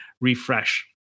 refresh